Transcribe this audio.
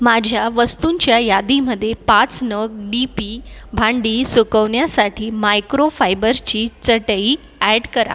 माझ्या वस्तूंच्या यादीमध्ये पाच नग डी पी भांडी सुकवण्यासाठी मायक्रोफायबरची चटई ॲड करा